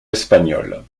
espagnole